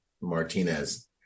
martinez